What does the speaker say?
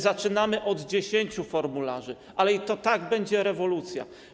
Zaczynamy od 10 formularzy, ale to i tak będzie rewolucja.